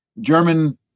German